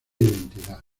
identidad